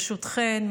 ברשותכן,